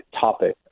topic